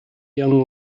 young